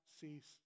cease